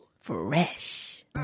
Fresh